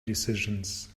decisions